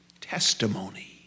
testimony